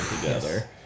together